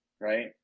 Right